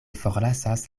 forlasas